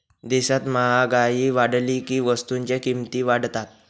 देशात महागाई वाढली की वस्तूंच्या किमती वाढतात